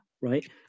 right